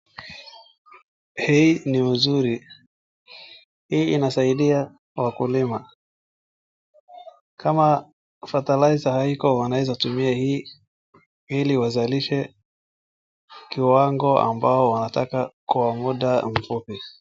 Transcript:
Hii ni usuri .Hii ina saidia wakulima. Kama fertilizer haiko wanaweza tumia hii iliwazalishe kiwango ambao wanataka kwa muda mfupi.